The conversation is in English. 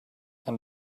and